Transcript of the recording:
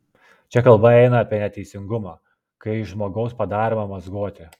čia kalba eina apie neteisingumą kai iš žmogaus padaroma mazgotė